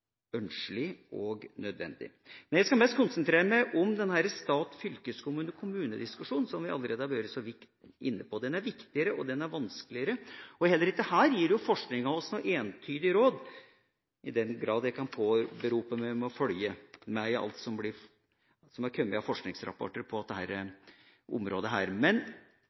ønskelig og nødvendig. Jeg skal konsentrere meg mest om denne stat–fylkeskommune–kommune-diskusjonen, som vi allerede har vært så vidt inne på. Den er viktigere og vanskeligere, og heller ikke her gir forskningen oss – i den grad jeg kan påberope meg å følge med på alt som er kommet av forskningsrapporter på dette området – noe entydig råd. Men